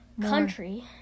country